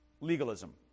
legalism